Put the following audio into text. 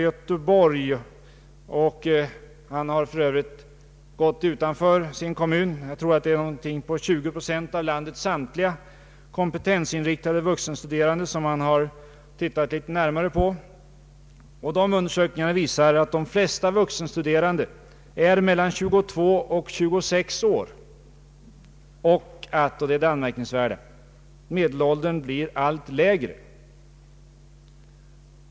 Han har tittat närmare på bakgrundssituation m.m. för omkring 20 procent av landets samtliga kompetensinriktade vuxenstuderande. Dessa undersökningar visar att de flesta vuxenstuderande är mellan 22 och 26 år gamla och att — det är det anmärkningsvärda — medelåldern blir allt lägre.